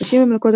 נשים במלכודת,